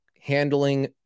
Handling